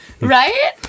right